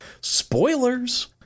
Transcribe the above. Spoilers